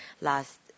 last